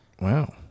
Wow